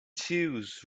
seals